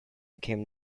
became